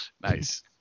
Nice